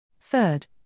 Third